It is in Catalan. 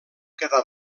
quedar